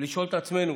ולשאול את עצמנו